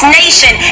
nation